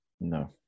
no